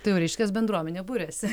tai jau reiškias bendruomenė buriasi